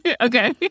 Okay